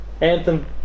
Anthem